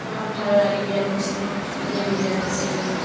আমার ভালো লাগে বিড়াল পুষতে দিয়ে আমি বিড়াল পুষি এই জন্য